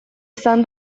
izan